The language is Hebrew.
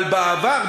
אבל בעבר,